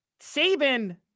Saban